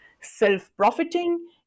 self-profiting